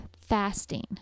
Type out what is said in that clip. fasting